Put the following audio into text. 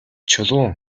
чулуун